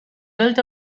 built